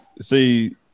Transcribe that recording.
see